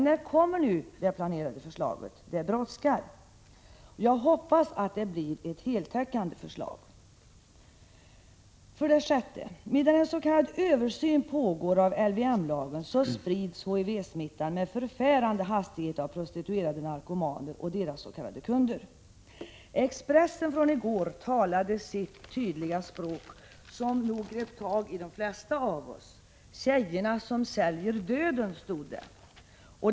När kommer det planerade förslaget? Det brådskar. Jag hoppas att det blir ett heltäckande förslag. 6. Medan en s.k. översyn pågår av LVM-lagen sprids HIV-smittan med förfärande hastighet av prostituerade narkomaner och deras s.k. kunder. Tidningen Expressen från i går talar sitt tydliga språk, som nog grep tag i de flesta av oss. ”Tjejerna som säljer döden”, stod det.